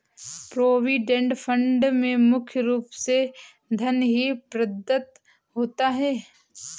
provident fund में मुख्य रूप से धन ही प्रदत्त होता है